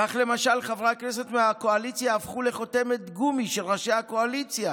כך למשל חברי הכנסת מהקואליציה הפכו לחותמת גומי של ראשי הקואליציה